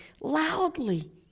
loudly